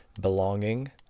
belonging